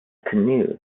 canoe